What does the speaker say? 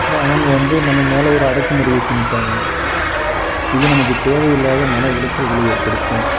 அப்பறம் அவங்க வந்து நம்ம மேலே ஒரு அடக்கு முறையை திணிப்பாங்க இது நமக்கு தேவையில்லாத மனஉளச்சல்களை ஏற்படுத்தும்